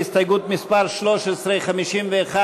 ההסתייגות (12) של קבוצת סיעת יש עתיד,